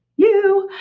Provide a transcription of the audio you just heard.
you.